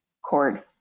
cord